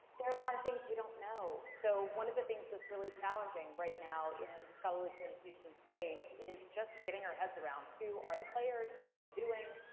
there are a lot of things we don't know. so one of the things that's really challenging right now in the scholarly communication space is just getting our heads around, who are the players? what are they doing?